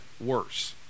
worse